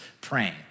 praying